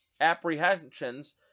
apprehensions